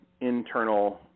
internal